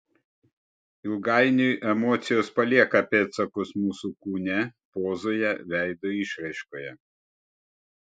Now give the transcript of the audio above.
ilgainiui emocijos palieka pėdsakus mūsų kūne pozoje veido išraiškoje